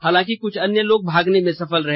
हालांकि कुछ अन्य लोग भागने में सफल रहे